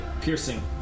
piercing